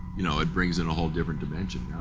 you know, it brings in a whole different dimension.